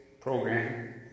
program